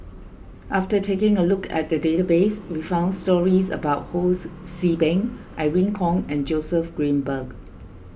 after taking a look at the database we found stories about Hos See Beng Irene Khong and Joseph Grimberg